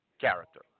character